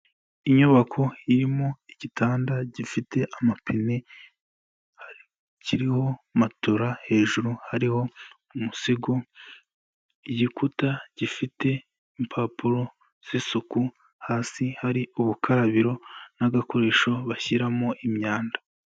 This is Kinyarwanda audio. Inyubako irimo igitanda gifite amapine, kiriho matora hejuru hariho umusego, igikuta gifite impapuro zisuku hasi hari ubukarabiro n'agakoresho bashyiramo imyanda.